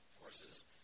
forces